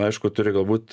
aišku turi galbūt